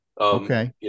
Okay